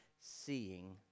seeing